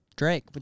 Drake